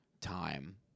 time